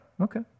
okay